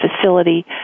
facility